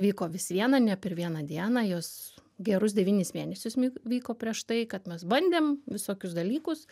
vyko vis viena ne per vieną dieną jos gerus devynis mėnesius vyko prieš tai kad mes bandėm visokius dalykus